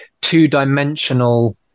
two-dimensional